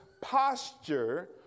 posture